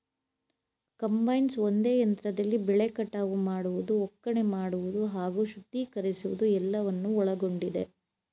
combines ಒಂದೇ ಯಂತ್ರದಲ್ಲಿ ಬೆಳೆ ಕಟಾವು ಮಾಡುವುದು ಒಕ್ಕಣೆ ಮಾಡುವುದು ಹಾಗೂ ಶುದ್ಧೀಕರಿಸುವುದು ಎಲ್ಲವನ್ನು ಒಳಗೊಂಡಿದೆ